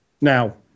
Now